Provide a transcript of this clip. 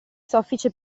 soffice